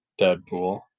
deadpool